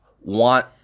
want